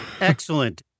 Excellent